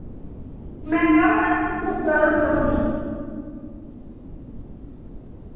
मैहंगा बड़ा तुस सस्ता दस्सो